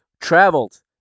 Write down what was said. traveled